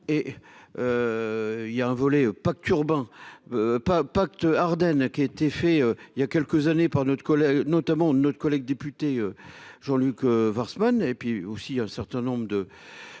et. Il y a un volet turban. Pas pact Ardennes qui a été fait il y a quelques années par notre collègue notamment notre collègue député Jean-Luc Warsmann et puis aussi un certain nombre de,